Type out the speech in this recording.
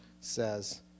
says